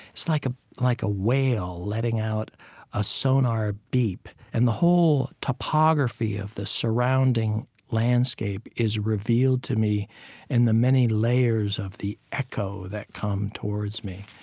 it's like ah like a whale letting out a sonar beep, and the whole topography of the surrounding landscape is revealed to me and the many layers of the echo that come towards me.